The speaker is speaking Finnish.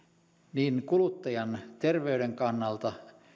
niin kuluttajan terveyden kannalta